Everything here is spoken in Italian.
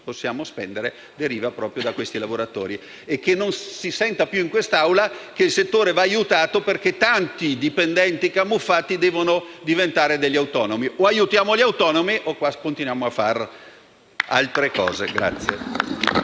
possiamo spendere deriva proprio da questi lavoratori. Auspico inoltre che non si senta più dire in quest'Aula che il settore va aiutato perché tanti dipendenti camuffati devono diventare degli autonomi: o aiutiamo i lavoratori autonomi o continuiamo a fare altre cose.